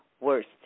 worst